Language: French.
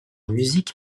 musique